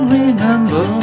remember